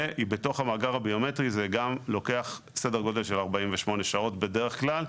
ובתוך המאגר הביומטרי זה גם לוקח סדר גודל של 48 שעות בדרך כלל,